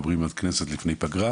מדברים על הכנסת לפני פגרה,